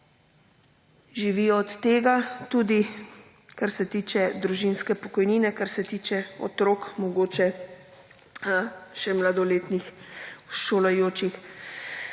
živijo od tega, tudi kar se tiče družinske pokojnine, kar se tiče otrok, mogoče še mladoletnih, šolajočih.